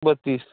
बत्तीस